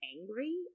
angry